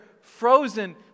frozen